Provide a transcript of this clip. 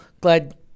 glad